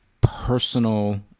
personal